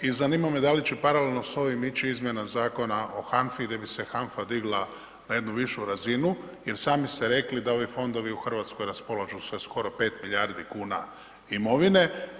I zanima me da li će paralelno s ovim ići izmjena Zakona o HANFA-i gdje bi se HANFA digla na jednu višu razinu jer sami ste rekli da ovi fondovi u Hrvatskoj raspolažu sa skoro 5 milijardi kuna imovine.